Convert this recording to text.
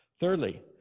Thirdly